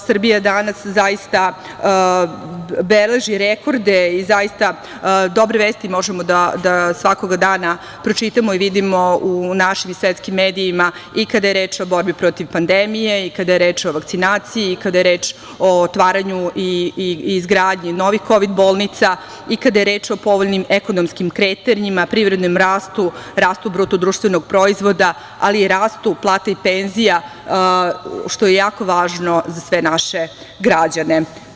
Srbija danas zaista beleži rekorde i dobre vesti možemo da svakoga dana pročitamo i vidimo u našim i svetskim medijima i kada je reč o borbi protiv pandemije i kada je reč o vakcinaciji i kada je reč o otvaranju i izgradnji novih kovid bolnica i kada je reč o povoljnim ekonomskim kretanjima, privrednom rastu, rastu BDP, ali i rastu plata i penzija, što je jako važno za sve naše građane.